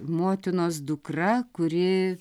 motinos dukra kuri